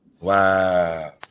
Wow